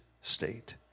state